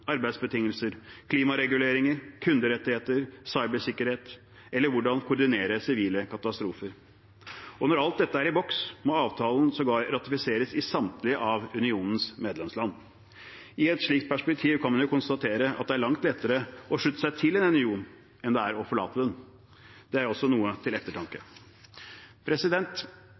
arbeidsbetingelser, klimareguleringer, kunderettigheter og cybersikkerhet? Og hvordan koordinere sivile katastrofer? Når alt dette er i boks, må avtalen sågar ratifiseres i samtlige av unionens medlemsland. I et slikt perspektiv kan man jo konstatere at det er langt lettere å slutte seg til en union enn det er å forlate den. Det er også noe til